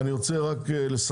אני רוצה לסכם.